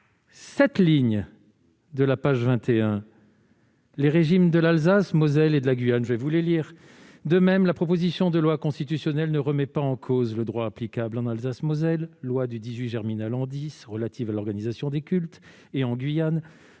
sept lignes de la page 21 du rapport sur les régimes de l'Alsace-Moselle et de la Guyane. Je vous en donne donc lecture :« De même, la proposition de loi constitutionnelle ne remet pas en cause le droit applicable en Alsace-Moselle (loi du 18 germinal an X relative à l'organisation des cultes) et en Guyane